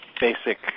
basic